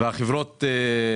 ודאי.